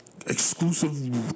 Exclusive